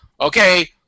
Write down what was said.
okay